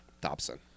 Dobson